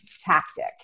tactic